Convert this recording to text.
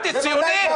אנטי ציוני?